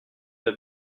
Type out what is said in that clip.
pas